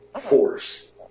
force